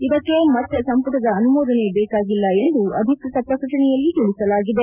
ಇದಕ್ಕೆ ಮತ್ತೆ ಸಂಪುಟದ ಅನುಮೋದನೆ ಬೇಕಾಗಿಲ್ಲ ಎಂದು ಅಧಿಕೃತ ಪ್ರಕಟಣೆಯಲ್ಲಿ ತಿಳಿಸಲಾಗಿದೆ